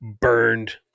burned